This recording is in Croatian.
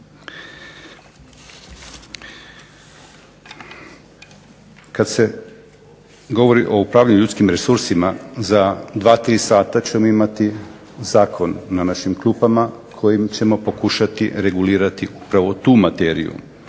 Kada se govori o upravljanju ljudskim resursima, za 2, 3 sata ćemo imati zakon na našim klupama kojim ćemo pokušati regulirati upravo tu materiju.